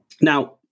Now